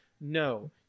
No